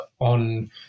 on